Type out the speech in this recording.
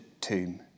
tomb